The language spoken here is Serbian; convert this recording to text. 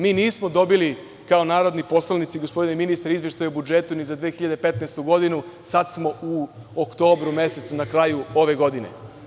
Mi nismo dobili, kao narodni poslanici, gospodine ministre, izveštaj o budžetu ni za 2015. godinu, sada smo u oktobru mesecu na kraju ove godine.